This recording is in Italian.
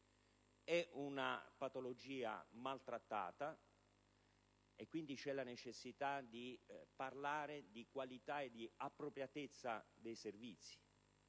È una patologia maltrattata e, quindi, vi è la necessità di parlare di qualità e di appropriatezza dei servizi.